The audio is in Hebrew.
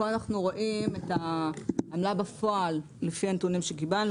פה אנחנו רואים את העמלה בפועל לפי הנתונים שקיבלנו.